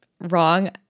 wrong